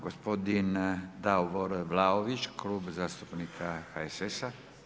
Gospodin Davor Vlaović, Klub zastupnika HSS-a.